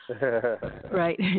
right